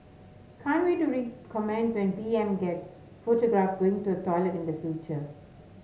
can't wait to read comments when P M gets photographed going to toilet in the future